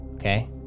Okay